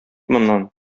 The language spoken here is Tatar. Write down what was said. моннан